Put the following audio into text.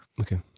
Okay